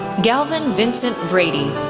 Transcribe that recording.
galvin vincent brady,